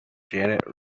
janet